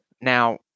Now